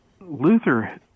Luther